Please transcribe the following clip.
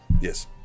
yes